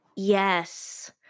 Yes